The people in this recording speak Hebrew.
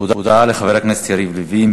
הודעה לחבר הכנסת יריב לוין,